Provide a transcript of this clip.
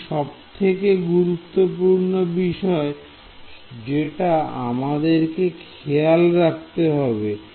এটি সবথেকে গুরুত্বপূর্ণ বিষয় যেটা আমাদের খেয়াল রাখতে হবে